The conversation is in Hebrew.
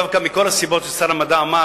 דווקא מכל הסיבות ששר המדע אמר,